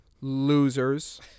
losers